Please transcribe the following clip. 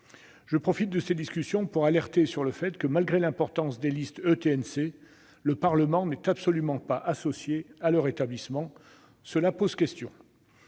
Je profite de cette discussion pour attirer l'attention sur le fait que, malgré l'importance de la liste des ETNC, le Parlement n'est absolument pas associé à son établissement. Cela pose question.